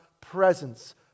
presence